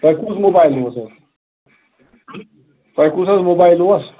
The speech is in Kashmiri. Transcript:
تۄہہِ کُس موبایل اوس حظ تۄہہِ کُس حظ موبایل اوس